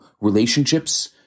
relationships